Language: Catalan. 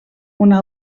una